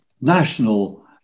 national